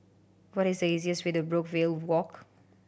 what is the easiest way to Brookvale Walk